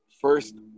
first